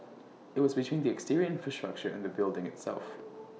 IT was between the exterior infrastructure and the building itself